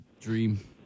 dream